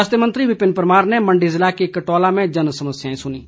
स्वास्थ्य मंत्री विपिन परमार ने मण्डी जिले के कटौला में जनसमस्याएं सुनीं